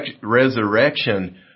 resurrection